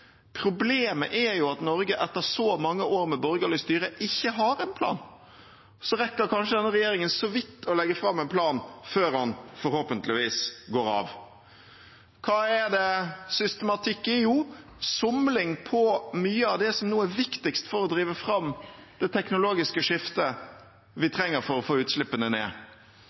Problemet er jo at Norge, etter så mange år med borgerlig styre, ikke har en plan. Regjeringen rekker kanskje så vidt å legge fram en plan før den forhåpentligvis går av. Hva er det systematikk i? Jo, somling på mye av det som nå er viktigst for å drive fram det teknologiske skiftet vi trenger for å få ned utslippene,